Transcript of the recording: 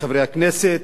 חברי הכנסת,